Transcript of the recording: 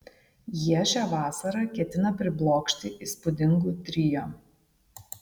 jie šią vasarą ketina priblokšti įspūdingu trio